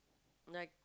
like